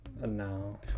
No